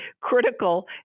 critical